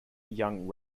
young